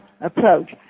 approach